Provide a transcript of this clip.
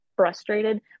frustrated